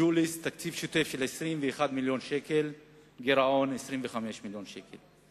בג'וליס תקציב שוטף של 21 מיליון שקל וגירעון של 25 מיליון שקל.